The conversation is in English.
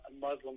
Muslim